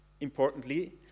importantly